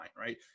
right